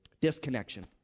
disconnection